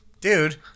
Dude